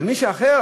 אבל אחר,